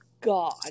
God